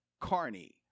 Carney